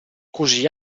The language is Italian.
così